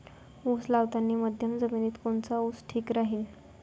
उस लावतानी मध्यम जमिनीत कोनचा ऊस ठीक राहीन?